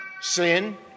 sin